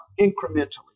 incrementally